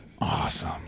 Awesome